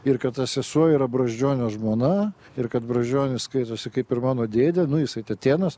ir kad ta sesuo yra brazdžionio žmona ir kad brazdžionis skaitosi kaip ir mano dėdė nu jisai tetėnas